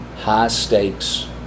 high-stakes